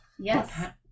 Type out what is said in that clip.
yes